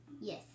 Yes